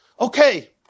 Okay